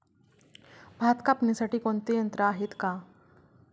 भात कापणीसाठी कोणते यंत्र आहेत का?